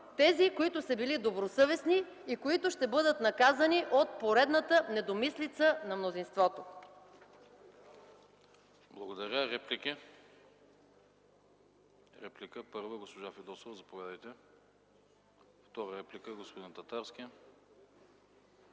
тези, които са били добросъвестни и които ще бъдат наказани от поредната недомислица на мнозинството.